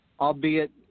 albeit